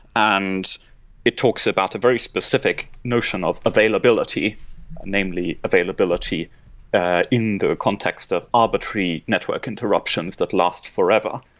and it talks about a very specific notion of availability namely availability in the context of arbitrary network interruptions that last forever.